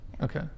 okay